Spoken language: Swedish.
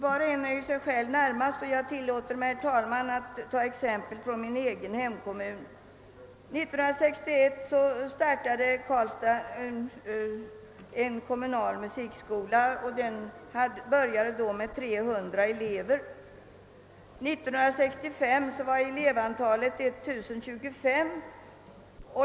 Var och en är ju sig själv närmast, och jag tillåter mig, herr talman, att ta ett exempel från min egen hemkommun. År 1961 startades en kommunal musikskola i Karlstad, som började med 300 elever. 1965 var elevantalet uppe i 1 025.